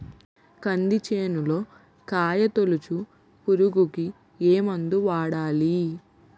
కంది చేనులో కాయతోలుచు పురుగుకి ఏ మందు వాడాలి?